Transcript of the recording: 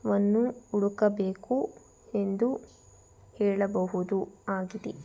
ವನ್ನು ಹುಡುಕಬೇಕು ಎಂದು ಹೇಳಬಹುದು ಆಗಿದೆ